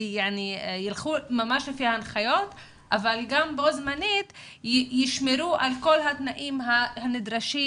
יתנהגו ממש לפי ההנחיות אבל בו זמנית ישמרו על כל התנאים הנדרשים